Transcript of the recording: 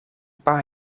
paar